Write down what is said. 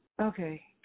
okay